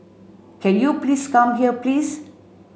can you please come here please